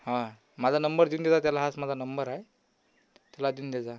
हां माझा नंबर देऊन देजा त्याला हाच माझा नंबर आहे त्याला देऊन देजा